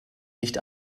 nicht